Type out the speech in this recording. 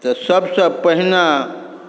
तऽ सभसँ पहिने